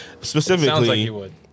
Specifically